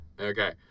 Okay